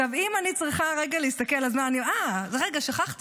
עכשיו אם אני צריכה רגע להסתכל, אה, רגע, שכחתי.